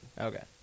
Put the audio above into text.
Okay